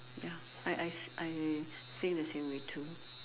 ya I I I say the same way too